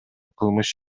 кылмыш